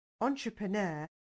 entrepreneur